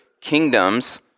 kingdoms